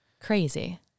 Crazy